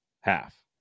half